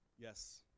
Yes